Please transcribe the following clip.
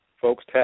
folks